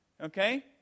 okay